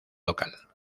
local